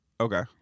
Okay